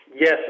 yes